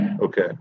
Okay